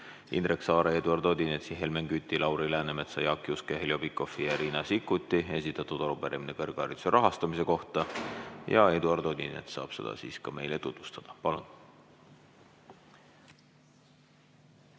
Indrek Saare, Eduard Odinetsi, Helmen Küti, Lauri Läänemetsa, Jaak Juske, Heljo Pikhofi ja Riina Sikkuti esitatud arupärimine kõrghariduse rahastamise kohta. Eduard Odinets saab seda ka meile tutvustada. Palun!